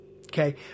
okay